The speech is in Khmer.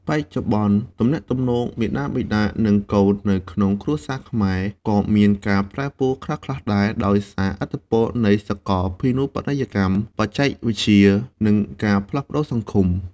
បច្ចុប្បន្ន ទំនាក់ទំនងមាតាបិតា និងកូននៅក្នុងគ្រួសារខ្មែរក៏មានការប្រែប្រួលខ្លះៗដែរ ដោយសារឥទ្ធិពលនៃសកលភាវូបនីយកម្ម បច្ចេកវិទ្យា និងការផ្លាស់ប្ដូរសង្គម។